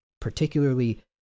particularly